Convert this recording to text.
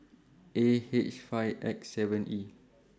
A H five X seven E